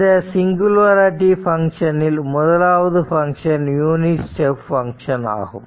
இந்த சிங்குலாரிட்டி பங்ஷனில் முதலாவது பங்க்ஷன் யூனிட் ஸ்டெப் பங்க்ஷன் ஆகும்